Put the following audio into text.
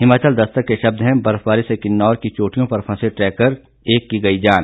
हिमाचल दस्तक के शब्द हैं बर्फबारी से किन्नौर की चोटियों पर फंसे ट्रैकर एक की गई जान